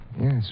Yes